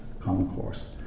concourse